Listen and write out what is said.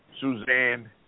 Suzanne